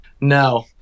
No